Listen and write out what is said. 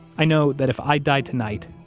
i know that if i die tonight,